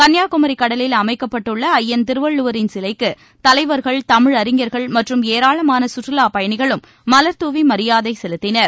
கள்ளியாகுமரி கடலில் அமைக்கப்பட்டுள்ள ஐயன் திருவள்ளுவரின் சிலைக்கு தலைவர்கள் தமிழறிஞா்கள் மற்றும் ஏராளமான சுற்றுலாப் பயணிகளும் மல்தூவி மரியாதை செலுத்தினர்